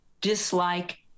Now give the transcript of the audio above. dislike